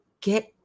get